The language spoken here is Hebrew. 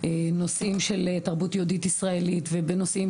לנושאים של תרבות יהודית ישראלית ובנושאים